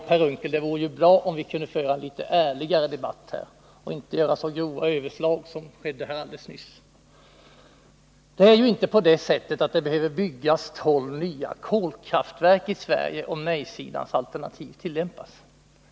Herr talman! Det vore bra, Per Unckel, om vi kunde föra en litet ärligare debatt och inte göra så grova övertramp som skedde här alldeles nyss. Det är inte på det sättet att det behöver byggas tolv nya kolkraftverk i Sverige om nej-sidans alternativ tillämpas.